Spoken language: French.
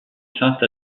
saint